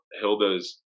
Hilda's